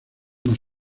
más